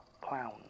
clown